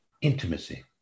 intimacy